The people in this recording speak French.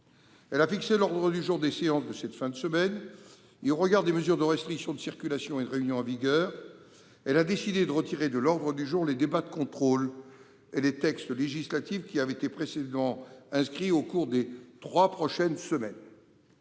a fixé l'ordre du jour des séances de cette fin de semaine et, au regard des mesures de restriction de circulation et de réunion en vigueur, elle a décidé de retirer de l'ordre du jour les débats de contrôle et les textes législatifs qui avaient été précédemment inscrits pour les trois prochaines semaines.